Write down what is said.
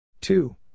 two